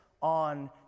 on